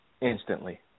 instantly